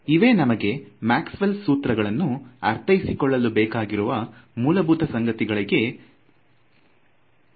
ಇವೆ ನಮಗೆ Maxwell ಸೂತ್ರಗಳನ್ನು ಅರ್ಥೈಸಿಕೊಳ್ಳಲು ಬೇಕಾಗಿರುವ ಮೂಲಭೂತ ಸಂಗತಿಗಳಗಿವೆ